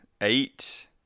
eight